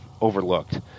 overlooked